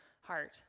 heart